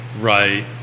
right